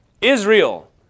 Israel